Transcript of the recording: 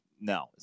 no